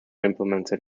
implemented